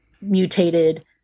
mutated